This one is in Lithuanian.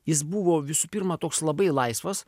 jis buvo visų pirma toks labai laisvas